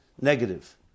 negative